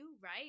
right